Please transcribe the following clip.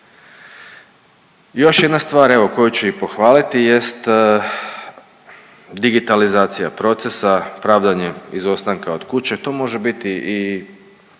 Još jedna stvar evo koju ću i pohvaliti jest digitalizacija procesa, pravdanje izostanka od kuće. To može biti i